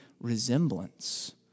resemblance